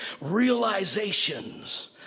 realizations